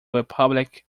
republic